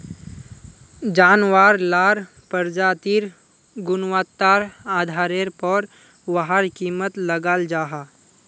जानवार लार प्रजातिर गुन्वात्तार आधारेर पोर वहार कीमत लगाल जाहा